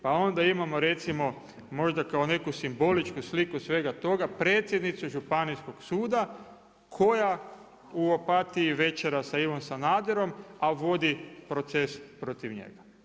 Pa onda imamo recimo možda kao neku simboličku sliku svega toga predsjednicu županijskog suda koja u Opatiji večera sa Ivom Sanaderom a vodi proces protiv njega.